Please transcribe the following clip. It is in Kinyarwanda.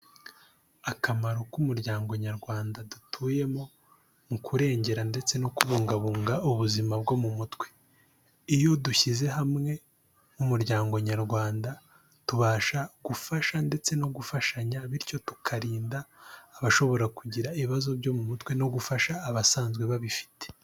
Akamaro k'umuryango nyarwanda dutuyemo mu kurengera ndetse no kubungabunga ubuzima bwo mu mutwe, iyo dushyize hamwe nk'umuryango nyarwanda tubasha gufasha ndetse no gufashanya bityo tukiririnda abashobora kugira ibibazo byo mu mutwe no gufasha abasanzwe babifite.